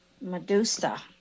Medusa